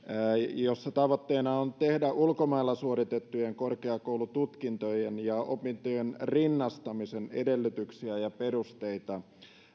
joissa tavoitteena on tehdä ulkomailla suoritettujen korkeakoulututkintojen ja opintojen rinnastamisen edellytyksiä ja perusteita